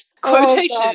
Quotation